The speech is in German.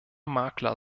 makler